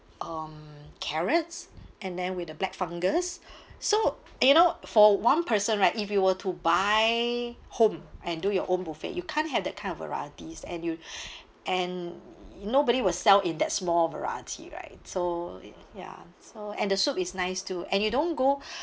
um carrots and then with a black fungus so you know for one person right if you were to buy home and do your own buffet you can't have that kind of varieties and you and nobody will sell in that small variety right so ya so and the soup is nice too and you don't go